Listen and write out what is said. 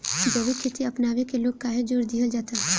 जैविक खेती अपनावे के लोग काहे जोड़ दिहल जाता?